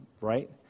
right